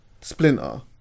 splinter